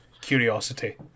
curiosity